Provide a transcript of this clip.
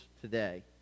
today